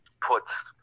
puts